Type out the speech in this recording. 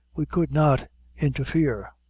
we could not interfere.